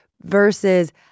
versus